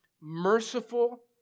merciful